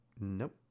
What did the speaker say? Nope